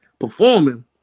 performing